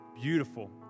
beautiful